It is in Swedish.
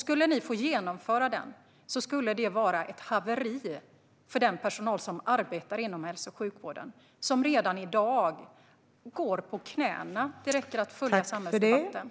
Skulle ni få genomföra detta vore det ett haveri för den personal som arbetar inom hälso och sjukvården och som redan i dag går på knäna. Det räcker att följa samhällsdebatten.